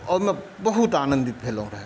ओहिमे बहुत आनन्दित भेलहुँ हेँ